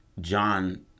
John